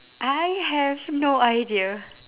I have no idea